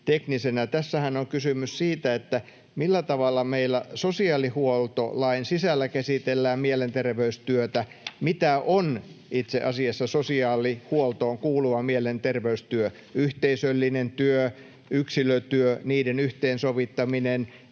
Tässähän on kysymys siitä, millä tavalla meillä sosiaalihuoltolain sisällä käsitellään mielenterveystyötä, mitä itse asiassa on sosiaalihuoltoon kuuluva mielenterveystyö — yhteisöllinen työ, yksilötyö, niiden yhteensovittaminen,